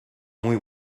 muy